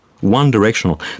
one-directional